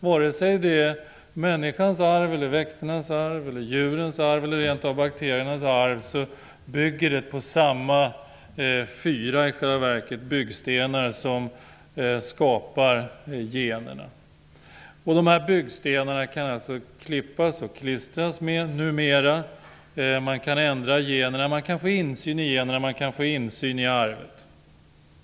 Vare sig det är människans, växternas, djurens eller rent av bakteriernas arv bygger det på samma fyra byggstenar som skapar generna. Med dessa byggstenar kan man alltså klippa och klistra numera. Man kan ändra generna, få insyn i generna, och man kan få insyn i arvet.